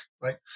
right